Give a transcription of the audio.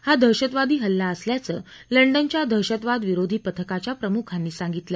हा दहशतवादी हल्ला असल्याचं लंडनच्या दहशतवादविरोधी पथकाच्या प्रमुखांनी सांगितलं